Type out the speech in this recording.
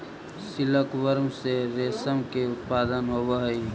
silkworm से रेशम के उत्पादन होवऽ हइ